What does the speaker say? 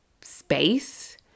space